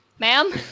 Ma'am